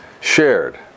shared